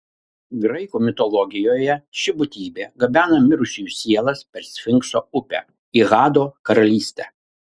graikų mitologijoje ši būtybė gabena mirusiųjų sielas per sfinkso upę į hado karalystę